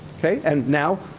ok? and now,